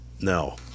No